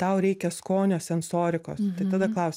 tau reikia skonio sensorikos tai tada klausiu